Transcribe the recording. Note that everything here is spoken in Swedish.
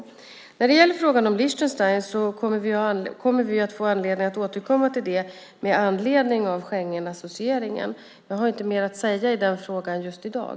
Vi kommer att få anledning att återkomma till frågan om Liechtenstein med anledning av Schengenassocieringen. Jag har inte mer att säga i den frågan just i dag.